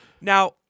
Now